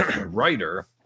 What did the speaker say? writer